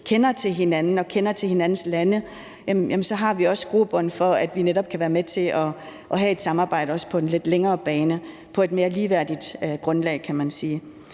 kender til hinanden og kender til hinandens lande, så har vi også grobund for, at vi netop kan være med til at have et samarbejde, også på den lidt længere bane, på et mere ligeværdigt grundlag, kan man sige.